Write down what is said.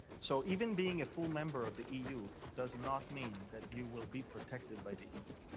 so even being a full member of the eu, does not mean that you will be protected by the eu.